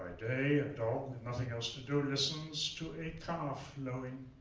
ah day a dog with nothing else to to listens to a calf lowing.